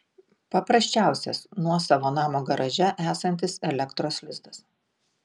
paprasčiausias nuosavo namo garaže esantis elektros lizdas